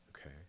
Okay